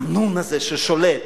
התמנון הזה ששולט.